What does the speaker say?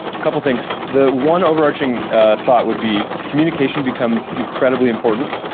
a couple of things the one overarching ah thought would be communication becomes incredibly important.